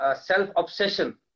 self-obsession